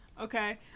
Okay